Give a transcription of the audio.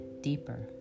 deeper